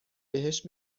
بهش